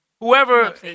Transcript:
Whoever